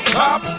top